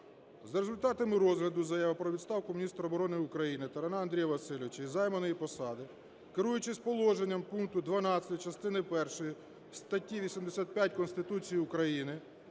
За результатами розгляду заяви про відставку міністра оборони України Тарана Андрія Васильовича з займаної посади, керуючись положенням пункту 12 частини першої статті 85 Конституції України,